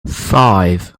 five